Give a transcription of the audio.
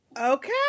okay